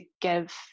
give